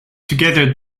together